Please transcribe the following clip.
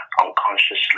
unconsciously